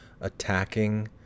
attacking